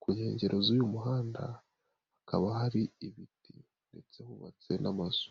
ku nkengero z'uyu muhanda hakaba hari ibiti ndetse hubatswe n'amazu.